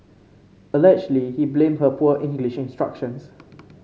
allegedly he blamed her poor English instructions